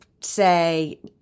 say